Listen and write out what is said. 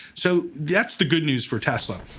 so that's the good news for tesla.